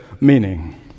meaning